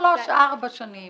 שלוש-ארבע שנים.